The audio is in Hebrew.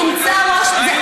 נמצא ראש הממשלה,